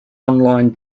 online